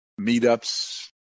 Meetups